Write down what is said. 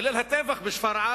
בליל הטבח בשפרעם,